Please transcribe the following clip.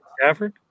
Stafford